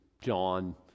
John